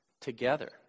together